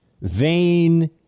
vain